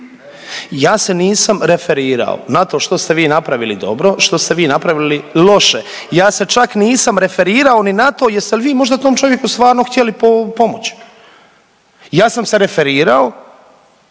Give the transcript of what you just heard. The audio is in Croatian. Ja se nisam referirao na to što ste vi napravili dobro, što ste vi napravili loše. Ja se čak nisam referirao ni na to jeste li vi možda tom čovjeku stvarno htjeli pomoći. Ja sam se referirao